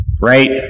right